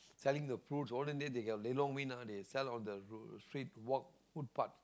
selling the fruit olden days they got lelong mean ah they sell on the street walk food park